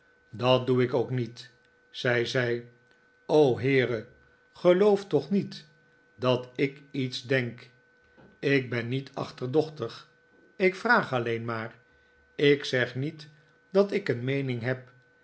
dat doe ik ook niet zei zij och heere geloof toch niet dat ik iets denk ik ben niet achterdochtig ik vraag alleen maar ik zeg niet dat ik een meening heb